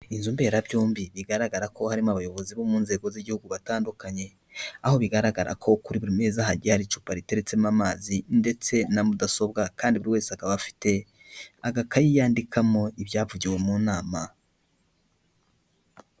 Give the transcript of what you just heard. Inzu mberabyombi bigaragara ko harimo abayobozi bo mu nzego z'igihugu batandukanye, aho bigaragara ko kuri buri mezi ahagiye hari icupa riteretsemo amazi ndetse na mudasobwa, kandi buri wese akaba afite agakayi yandikamo ibyavugiwe mu nama.